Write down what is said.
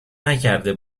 نکرده